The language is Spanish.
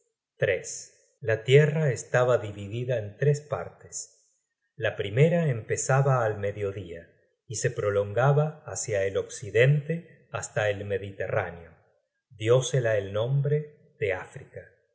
at la tierra estaba dividida en tres partes la primera empezaba al mediodía y se prolongaba hácia el occidente hasta el mediterráneo diósela el nombre de africa